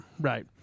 right